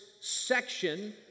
section